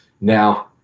Now